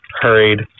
hurried